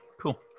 cool